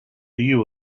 you